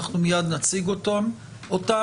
אנחנו מיד נציג אותם,